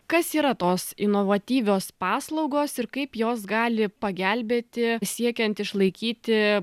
kas yra tos inovatyvios paslaugos ir kaip jos gali pagelbėti siekiant išlaikyti